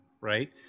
right